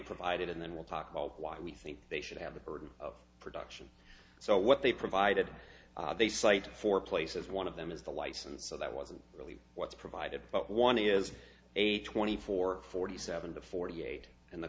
provided and then we'll talk about why we think they should have the burden of production so what they provided they cited four places one of them is the license so that wasn't really what's provided but one is a twenty four forty seven to forty eight and the